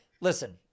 listen